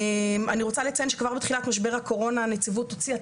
אני רוצה לציין שכבר בתחילת משבר הקורונה הנציבות הוציאה